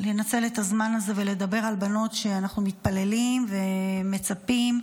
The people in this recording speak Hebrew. לנצל את הזמן הזה ולדבר על בנות שאנחנו מתפללים ומצפים שהלוואי,